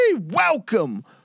Welcome